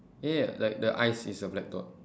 ya like the eyes is a black dot